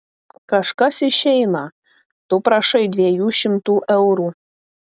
kažkas išeina tu prašai dviejų šimtų eurų